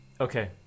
Okay